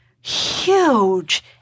huge